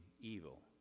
evil